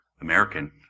American